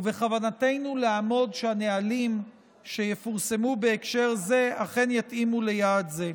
ובכוונתנו לעמוד שהנהלים שיפורסמו בהקשר זה אכן יתאימו ליעד זה.